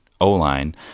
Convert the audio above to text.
O-line